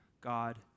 God